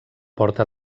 porta